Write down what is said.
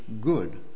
good